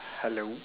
hello